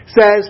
says